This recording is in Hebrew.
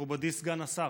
מכובדי סגן השר,